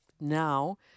now